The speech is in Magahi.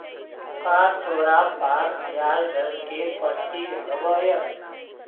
का तोरा पास ब्याज दर के पर्ची हवअ